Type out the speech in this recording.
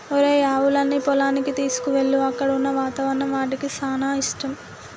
ఒరేయ్ ఆవులన్నీ పొలానికి తీసుకువెళ్ళు అక్కడున్న వాతావరణం వాటికి సానా ఇష్టం